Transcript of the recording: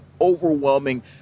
overwhelming